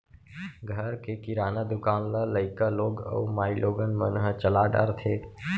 घर के किराना दुकान ल लइका लोग अउ माइलोगन मन ह चला डारथें